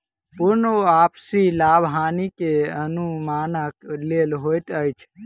पूर्ण वापसी लाभ हानि के अनुमानक लेल होइत अछि